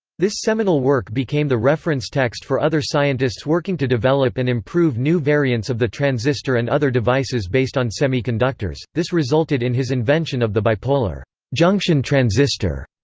this seminal work became the reference text for other scientists working to develop and improve new variants of the transistor and other devices based on semiconductors this resulted in his invention of the bipolar junction transistor,